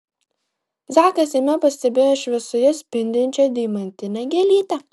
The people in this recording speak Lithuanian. zakas jame pastebėjo šviesoje spindinčią deimantinę gėlytę